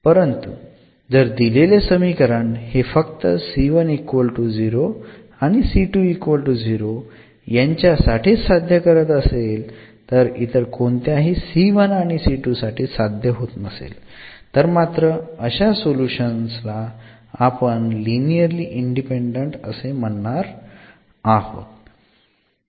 परंतु जर दिलेले समीकरण हे फक्त यांच्यासाठीच साध्य करत असेल आणि इतर कोणत्याही साठी साध्य होत नसेल तर मात्र अशा सोल्युशन्स ला आपण लिनिअरली इंडिपेंडंट असे म्हणणार आहोत